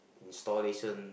installation